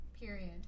Period